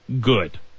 good